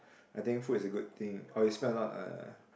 I think food is a good thing orh you spend a lot uh